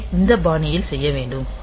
இதை இந்த பாணியில் செய்ய வேண்டும்